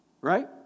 Right